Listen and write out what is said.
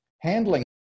handling